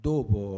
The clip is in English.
Dopo